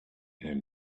him